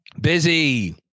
Busy